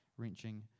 Wrenching